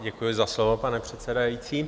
Děkuji za slovo, pane předsedající.